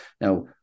Now